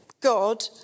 God